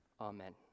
Amen